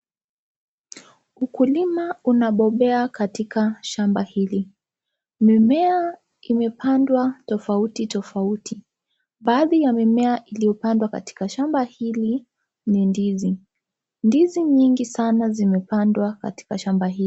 Ukulima unabobea katika shamba hili. Mimea imepandwa tofauti tofauti. Baadhi ya mimea iliyopandwa Katika shamba hili ni ndizi. Ndizi nyingi sana zimepandwa katika shamba hili.